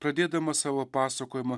pradėdamas savo pasakojimą